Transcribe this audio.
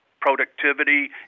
productivity